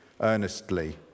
earnestly